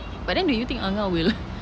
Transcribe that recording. but then do you think angah will